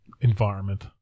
environment